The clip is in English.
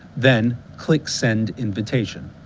then click send invitation.